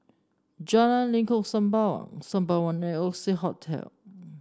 Jalan Lengkok Sembawang Sembawang and Oxley Hotel